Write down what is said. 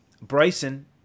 Bryson